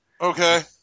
Okay